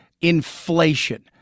Inflation